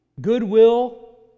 Goodwill